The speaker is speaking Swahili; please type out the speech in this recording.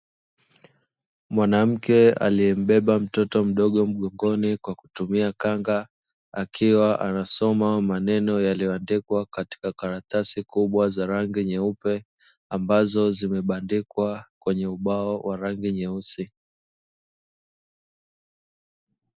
Mwanamke aliyembeba mtoto mdogo mgongoni kwa kutumia kanga, akiwa anasoma maneno yaliyoandikwa katika karatasi kubwa za rangi nyeupe ambazo zimebandikwa kwenye ubao wa rangi nyeusi.